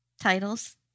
Titles